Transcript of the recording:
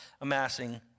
amassing